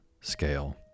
scale